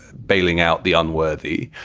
bailing out the unworthy.